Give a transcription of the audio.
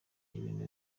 ibintu